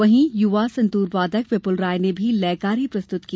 वहीं युवा संतूर वादक विपुल राय ने भी लयकारी प्रस्तुत की